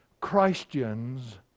Christians